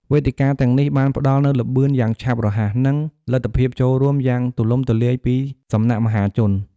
វេទិកាទាំងនេះ បានផ្ដល់នូវ ល្បឿន យ៉ាងឆាប់រហ័ស និង លទ្ធភាពចូលរួម យ៉ាងទូលំទូលាយពីសំណាក់មហាជន។